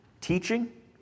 teaching